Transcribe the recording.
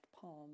palm